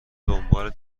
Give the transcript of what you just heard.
دنبال